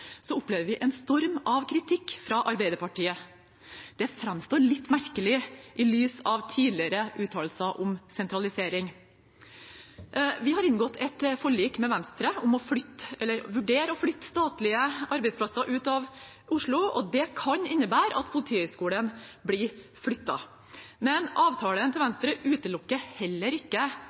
så vidt også Arbeiderpartiet og SV. Ironisk nok: Når vi nå tar til orde for å vurdere å plassere Politihøgskolen utenfor Oslo, opplever vi en storm av kritikk fra Arbeiderpartiet. Det framstår litt merkelig, i lys av tidligere uttalelser om sentralisering. Vi har inngått et forlik med Venstre om å vurdere å flytte statlige arbeidsplasser ut av Oslo, og det kan innebære at Politihøgskolen